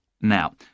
Now